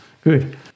Good